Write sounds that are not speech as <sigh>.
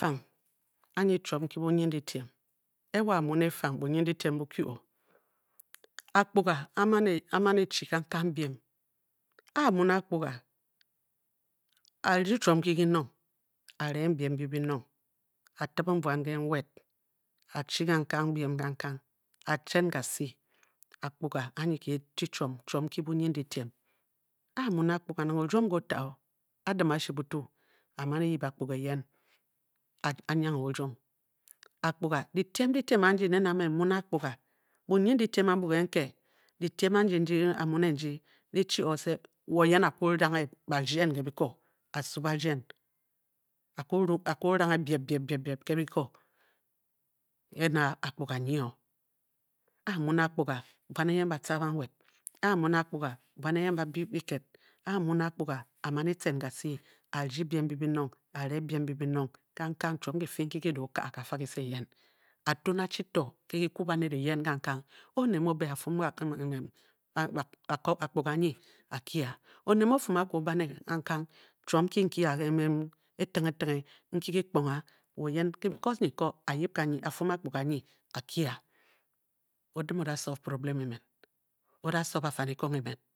<noise> Anyi chiom nki bunyindyitiem E wo a-mu ne efang bunyindyitiem bukyu. Akpuga a-mane a-man e-chi kangkang biem a-a mu ne akpuga a-a rdi chiom nki kinong a-reng biem mbyi binong, a-reng biem mbiyi binong, a-tibing buan ge nwed, a-chà kangkang biem kangkang, a-tcen kasě o-ta o a-dim ashibutu, a-man eyip akpuga eyon. a a nyianghe o o-nion. Akuga, difitiem dyitiem andi ndi a-mu ne ndi, di chio ọ sef wo yen a-kwu ranghe bardien ke biko. a-su bardience a-kwu ru a-kwu ranghe byed byed ke bíkó ke na akpuga nyi o, ke a mu ne akpuga buan eyen batca, banwed, a-mu ne akpuga, buan eyen ba byi ke biked a-mu ne akpuga, a-man e-tcen kase a-rdi biem mbi bion. a-re biem mbiyi bi nong kankang chiom ki fii nki ki da o ka ke, kafa kise eyen, a-tun achi to ke kikwu baned eyen kangkang o-oned mu o-be a-fum akpuga ganyi a-kyi a oned mu o-fum akwu o-bane <unintelligible> chiom nki ki a <hesitation> etinghe tinghe nki kikpong a wo yen bekos nyi ko a-yin ganyi a-fum akpuga anyi a-kyi a odim o-du solve problem emen, a-da solve afanikong emen